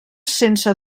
sense